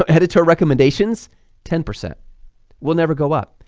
ah editor recommendations ten percent will never go up,